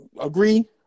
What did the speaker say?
Agree